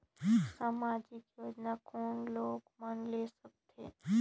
समाजिक योजना कोन लोग मन ले सकथे?